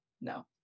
No